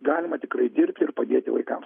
galima tikrai dirbti ir padėti vaikams